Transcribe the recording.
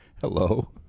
Hello